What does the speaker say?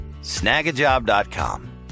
Snagajob.com